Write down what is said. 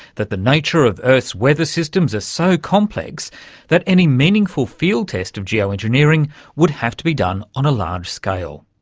that the nature of earth's weather systems are so complex that any meaningful field test of geo-engineering would have to be done on a large scale,